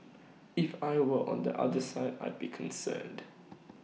if I were on the other side I'd be concerned